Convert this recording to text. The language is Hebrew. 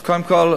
אז קודם כול,